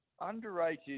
underrated